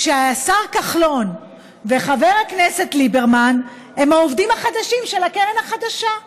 שהשר כחלון וחבר הכנסת ליברמן הם העובדים החדשים של הקרן החדשה.